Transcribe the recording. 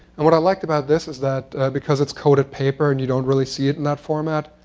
and what i liked about this is that because it's coated paper, and you don't really see it in that format.